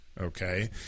Okay